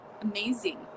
amazing